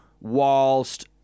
whilst